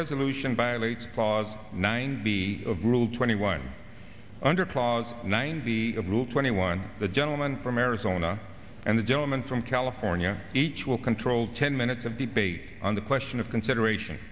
resolution violates clause nine b of rule twenty one under clause nine the group twenty one the gentleman from arizona and the gentleman from california each will control ten minutes of the be on the question of consideration